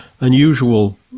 unusual